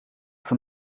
van